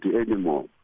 anymore